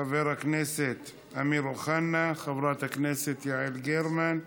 חבר הכנסת אמיר אוחנה, חברת הכנסת יעל גרמן,